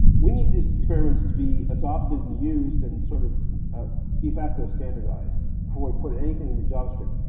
we need these experiments to be adopted and used and sort of de facto standardized before we put anything into javascript.